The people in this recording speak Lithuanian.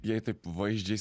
jei taip vaizdžiai